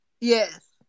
Yes